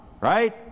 right